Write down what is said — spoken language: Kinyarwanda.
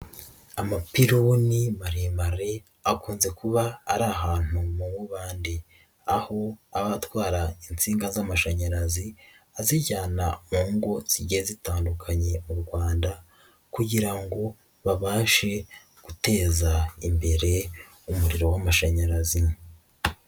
Amapironi maremare, akunze kuba ari ahantu mu mubande, aho aba atwara insinga z'amashanyarazi, azijyana mu ngo zijgiye zitandukanye mu Rwanda kugira ngo babashe guteza imbere umuriro w'amashanyarazi.